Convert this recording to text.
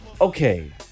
okay